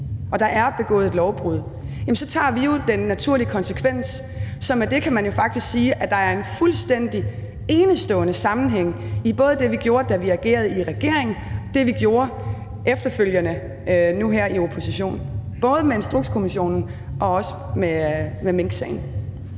at der er begået et lovbrud, jamen så tager vi jo den naturlige konsekvens. Så med det kan man jo faktisk sige, at der er en fuldstændig enestående sammenhæng mellem det, vi gjorde i regering, og det, vi gjorde efterfølgende nu her i opposition, både med Instrukskommissionen og også med minksagen.